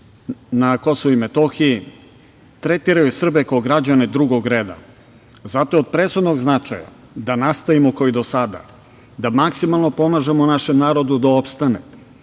na Kosovu i Metohiji tretiraju Srbe kao građane drugog reda. Zato je od presudnog značaja da nastavimo kao i do sada da maksimalno pomažemo našem narodu da opstane,